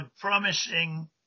promising